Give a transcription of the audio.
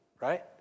right